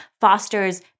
fosters